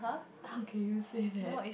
how can you say that